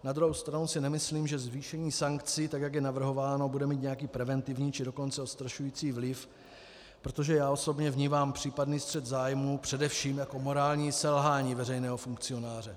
Na druhou stranu si nemyslím, že zvýšení sankcí, jak je navrhováno, bude mít nějaký preventivní, či dokonce odstrašující vliv, protože já osobně vnímám případný střet zájmů především jako morální selhání veřejného funkcionáře.